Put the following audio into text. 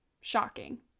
Shocking